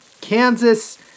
Kansas